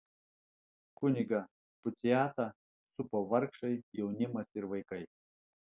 kunigą puciatą supo vargšai jaunimas ir vaikai